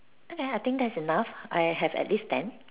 okay I think that's enough I have at least ten